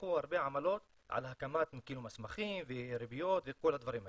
ולקחו הרבה עמלות על הקמת מסמכים וריביות וכל הדברים האלה.